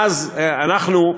אנחנו,